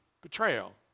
Betrayal